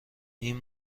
این